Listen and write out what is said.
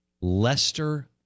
Lester